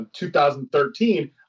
2013